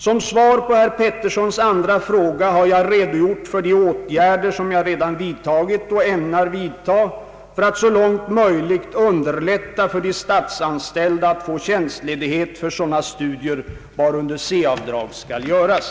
Som svar på herr Petterssons andra fråga har jag redogjort för de åtgärder som jag redan vidtagit och ämnar vidta för att så långt möjligt underlätta för de statsanställda att få tjänstledighet för sådana studier varunder C-avdrag skall göras.